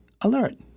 alert